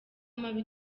mabi